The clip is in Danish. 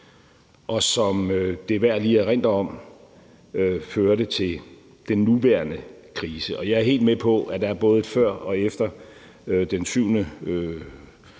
og som det er værd lige at erindre om førte til den nuværende krise. Jeg er helt med på, at der er både et før og et efter den 7.